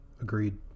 Agreed